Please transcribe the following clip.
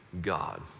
God